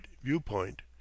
viewpoint